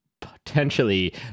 potentially